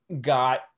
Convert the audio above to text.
got